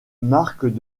marques